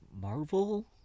Marvel